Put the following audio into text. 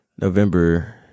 november